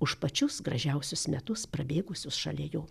už pačius gražiausius metus prabėgusius šalia jo